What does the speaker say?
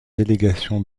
délégation